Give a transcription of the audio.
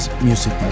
Music